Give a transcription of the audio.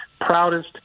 proudest